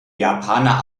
japaner